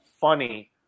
funny